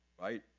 Right